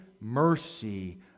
mercy